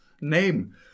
name